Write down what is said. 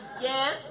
Yes